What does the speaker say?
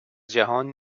جهان